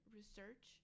Research